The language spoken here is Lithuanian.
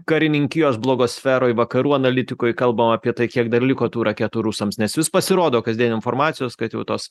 karininkijos blogo sferoj vakarų analitikoj kalbama apie tai kiek dar liko tų raketų rusams nes vis pasirodo kasdien informacijos kad jau tos